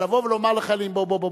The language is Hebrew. אבל לבוא ולומר לחיילים: בואו,